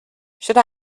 should